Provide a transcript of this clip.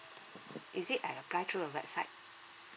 is it I apply through the website